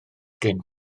gen